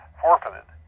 forfeited